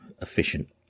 efficient